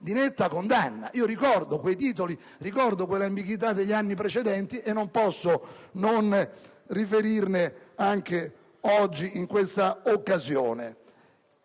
di netta condanna. Ricordo i titoli e le ambiguità degli anni precedenti e non posso non riferirne anche in questa occasione.